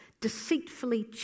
deceitfully